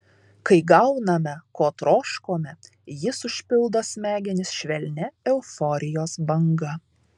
kai gauname ko troškome jis užpildo smegenis švelnia euforijos banga